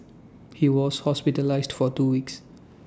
he was hospitalised for two weeks